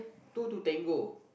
two to Tango